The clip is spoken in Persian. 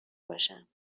باشم